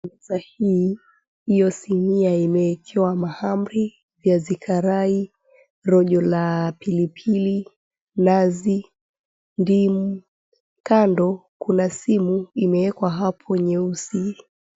Meza hii hiyo sinia imeekewa mahamri, viazi karai, rojo la pilipili, nazi, ndimu, kando kuna simu imewekwa hapo nyeusi.